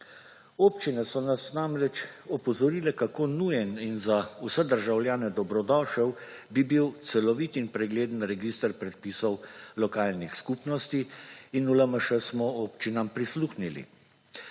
Občine so nas namreč opozorile kako nujen in za vse državljane dobrodošel bi bil celovit in pregleden register prepisov lokalnih skupnosti in v LMŠ smo občinam prisluhnili.